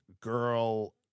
Girl